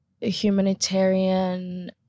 humanitarian